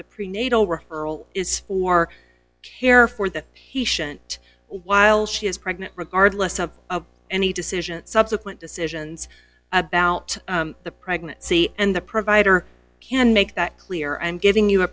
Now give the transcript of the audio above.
the prenatal referral is for care for that he shouldn't while she is pregnant regardless of any decision subsequent decisions about the pregnancy and the provider can make that clear and giving you a